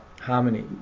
harmony